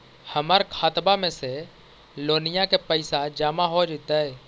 हमर खातबा में से लोनिया के पैसा जामा हो जैतय?